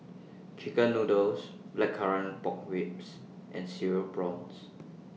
Chicken Noodles Blackcurrant Pork Ribs and Cereal Prawns